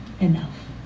Enough